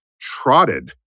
trotted